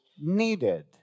needed